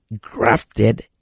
grafted